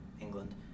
England